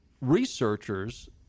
researchers